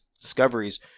discoveries